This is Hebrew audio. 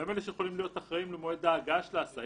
והם אלה שיכולים להיות אחראים למועד ההגעה של ההסעה.